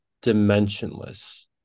dimensionless